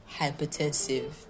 hypertensive